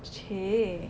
!chey!